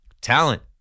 talent